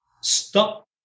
Stop